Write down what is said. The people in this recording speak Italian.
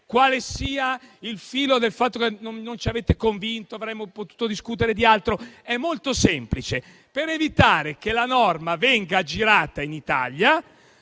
quale sia il filo del fatto che non ci avete convinto e avremmo potuto discutere di altro. È molto semplice: per evitare che la norma venga aggirata in Italia,